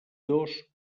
dos